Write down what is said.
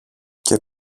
και